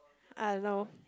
I don't know